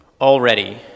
already